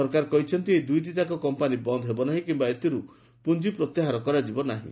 ସରକାର କହିଛନ୍ତି ଏହି ଦୁଇଟିଯାକ କମ୍ପାନୀ ବନ୍ଦ ହେବ ନାହିଁ କିମ୍ବା ଏଥିରୁ ପୁଞ୍ଜି ପ୍ରତ୍ୟାହାର କରାଯିବ ନାହିଁ